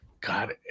god